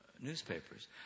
newspapers